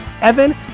Evan